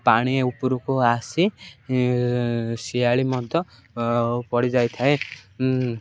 ପାଣି ଉପରୁକୁ ଆସି ଶିଆଳି ମଧ୍ୟ ପଡ଼ିଯାଇଥାଏ